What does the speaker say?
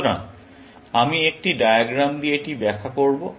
সুতরাং আমি একটি ডায়াগ্রাম দিয়ে এটি ব্যাখ্যা করব